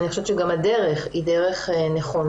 אני חושבת שגם הדרך היא דרך נכונה.